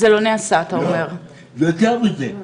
יותר מזה,